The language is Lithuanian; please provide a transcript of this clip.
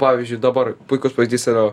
pavyzdžiui dabar puikus pavyzdys yra